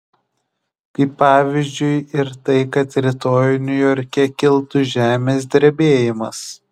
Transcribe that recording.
kaip pavyzdžiui ir tai kad rytoj niujorke kiltų žemės drebėjimas